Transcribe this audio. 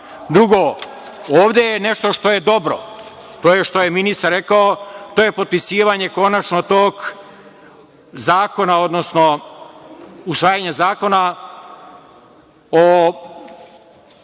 narod. Drugo, ovde je nešto što je dobro. To je što je ministar rekao, potpisivanje konačno tog zakona, odnosno usvajanje zakona o